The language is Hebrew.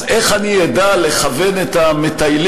אז איך אני אדע לכוון את המטיילים,